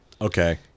Okay